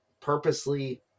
purposely